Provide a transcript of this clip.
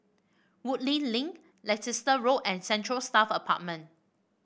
Woodleigh Link Leicester Road and Central Staff Apartment